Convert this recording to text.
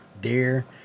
Deer